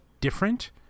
different